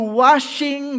washing